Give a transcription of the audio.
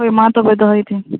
ᱦᱳᱭ ᱢᱟᱼᱛᱚᱵᱮ ᱫᱚᱦᱚᱭᱤᱫᱟᱹᱧ